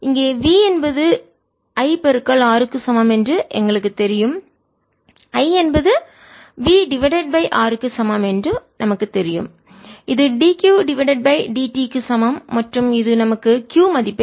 இங்கே V என்பது I R க்கு சமம் என்று எங்களுக்குத் தெரியும் I என்பது V டிவைடட் பை R க்கு சமம் என்று நமக்குத் தெரியும் இது dQ டிவைடட் பை dt க்கு சமம் மற்றும் இது நமக்கு Q மதிப்பை கொடுக்கும்